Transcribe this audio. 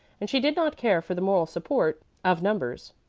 and she did not care for the moral support of numbers.